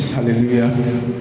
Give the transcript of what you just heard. Hallelujah